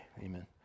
amen